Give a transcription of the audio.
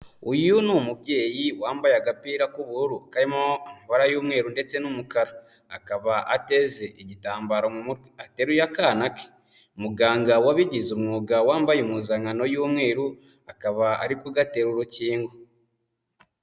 Uyu ni umubyeyi wambaye agapira k'ubururu karimo amabara y'umweru ndetse n'umukara, akaba ateze igitambaro mu mutwe, ateruye akana ke, muganga wabigize umwuga wambaye impuzankano y'umweru akaba ari kugatera urukingo.